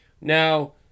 Now